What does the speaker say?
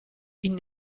ihnen